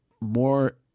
more